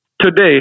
Today